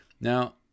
Now